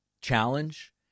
challenge